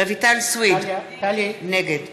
רויטל סויד, נגד